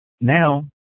now